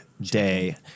day